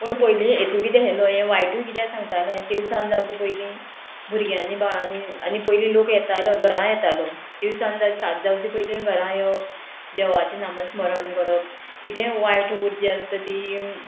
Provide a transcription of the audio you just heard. पूण पयलीं हेतू किदें आहलो हें वायटूय कित्या सांगताले तिनसांज जावचे पयलीं भुरग्यांनी बाळांनी आनी पयलीं लोक येतालो घरा येतालो तिनसांज जावं सात जावचे पयलीं घरा येवप देवाचें नामस्मरण करप कितें वायट उर्जा आसता ती